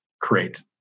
create